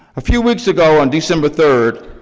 a few weeks ago on december third,